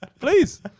please